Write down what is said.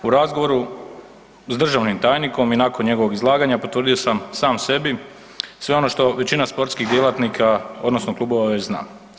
U razgovoru s državnim tajnikom i nakon njegovog izlaganja potvrdio sam sam sebi sve ono što većina sportskih djelatnika odnosno klubova već zna.